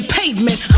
pavement